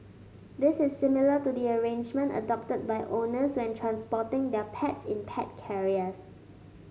this is similar to the arrangement adopted by owners when transporting their pets in pet carriers